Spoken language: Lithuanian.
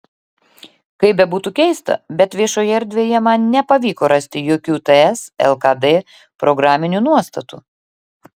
kaip bebūtų keista bet viešoje erdvėje man nepavyko rasti jokių ts lkd programinių nuostatų